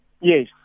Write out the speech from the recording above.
Yes